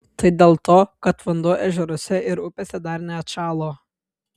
tai dėl to kad vanduo ežeruose ir upėse dar neatšalo